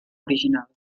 original